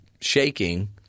shaking –